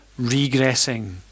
regressing